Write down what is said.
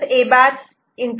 B' A'